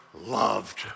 loved